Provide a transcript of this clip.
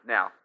Now